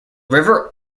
river